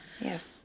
Yes